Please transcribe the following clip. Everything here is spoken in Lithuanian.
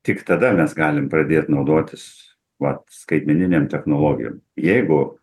tik tada mes galim pradėt naudotis vat skaitmeninėm technologijom jeigu